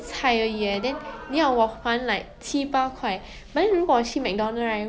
they just very naturally very like fit even though they